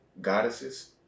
goddesses